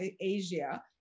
Asia